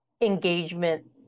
engagement